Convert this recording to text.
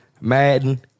Madden